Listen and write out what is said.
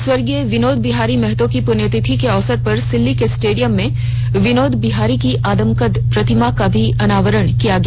स्वर्गीय विनोद बिहारी महतो की पुण्यतिथि के अवसर पर सिल्ली के स्टेडियम में बिनोद बिहारी की आदमकद प्रतिमा का भी अनावरण किया गया